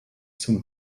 zunge